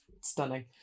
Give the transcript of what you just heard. stunning